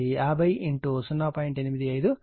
85 ఉంటుంది V 0